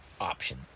option